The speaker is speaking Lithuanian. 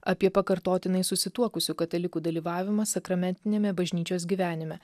apie pakartotinai susituokusių katalikų dalyvavimą sakramentiniame bažnyčios gyvenime